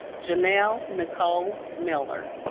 janelle nicole miller